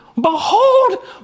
behold